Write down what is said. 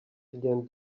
began